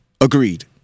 Agreed